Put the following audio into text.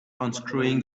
unscrewing